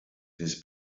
his